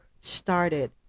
started